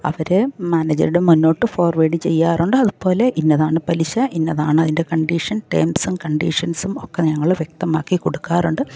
അവർ മാനേജർടെ മുന്നോട്ട് ഫോർവേഡ് ചെയ്യാറുണ്ട് അതുപോലെ ഇന്നതാണ് പലിശ ഇന്നതാണ് അതിൻ്റെ കണ്ടിഷൻ ടെംസും കണ്ടിഷൻസും ഒക്കെ ഞങ്ങൾ വ്യക്തമാക്കി കൊടുക്കാറുണ്ട്